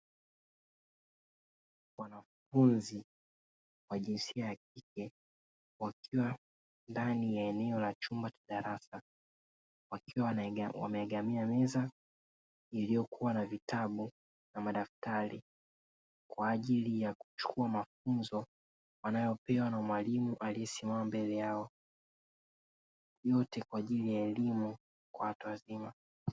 Wanafunzi wa jinsia ya kike wakiwa ndani ya eneo la chumba cha darasa wakiwa wameagamia meza iliyokuwa na vitabu na madaftari kwa ajili ya kuchukua mafunzo wanayopewa na mwalimu aliyesimama mbele yao, yote kwa ajili ya elimu kwa watu wazima.